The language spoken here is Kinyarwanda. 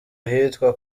ahitwa